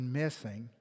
missing